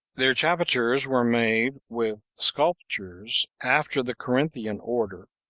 their chapiters were made with sculptures after the corinthian order,